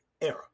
era